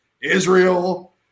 Israel